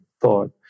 thought